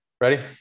Ready